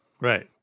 Right